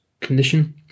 condition